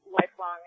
lifelong